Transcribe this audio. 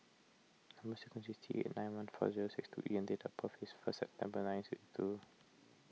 Number Sequence is T eight nine one four zero six two E and date of birth is first September nineteen sixty two